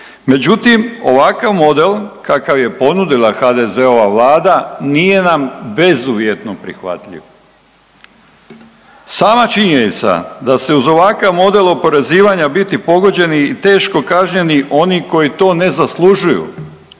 međutim ovakav model kakav je ponudila HDZ-ova Vlada nije nam bezuvjetno prihvatljiv. Sama činjenica da će uz ovakav model oporezivanja biti pogođeni i teško kažnjeni oni koji to ne zaslužuju